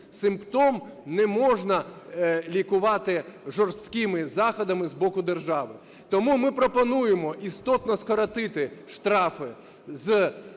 Симптом не можна лікувати жорсткими заходами з боку держави. Тому ми пропонуємо істотно скоротити штрафи: з